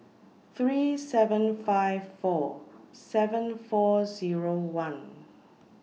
three seven five four seven four Zero one